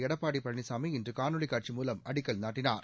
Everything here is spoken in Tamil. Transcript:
எடப்பாடி பழனிசாமி இன்று காணொலிக் காட்சி மூலம் அடிக்கல் நாட்டினார்